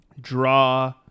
draw